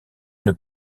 une